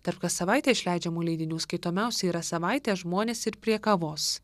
tarp kas savaitę išleidžiamų leidinių skaitomiausi yra savaitė žmonės ir prie kavos